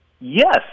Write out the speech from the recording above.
Yes